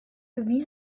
wie